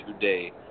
today